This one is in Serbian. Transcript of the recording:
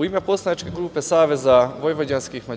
u ime poslaničke grupe SVM